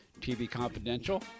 tvconfidential